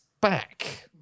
back